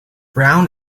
brown